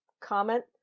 comment